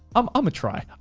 i'm um a try.